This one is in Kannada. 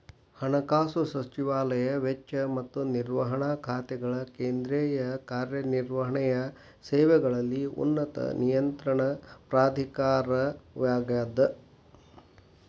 ಹಣಕಾಸು ಸಚಿವಾಲಯ ವೆಚ್ಚ ಮತ್ತ ನಿರ್ವಹಣಾ ಖಾತೆಗಳ ಕೇಂದ್ರೇಯ ಕಾರ್ಯ ನಿರ್ವಹಣೆಯ ಸೇವೆಗಳಲ್ಲಿ ಉನ್ನತ ನಿಯಂತ್ರಣ ಪ್ರಾಧಿಕಾರವಾಗ್ಯದ